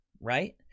right